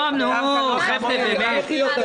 נו, חבר'ה, באמת.